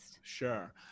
Sure